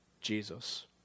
Jesus